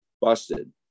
busted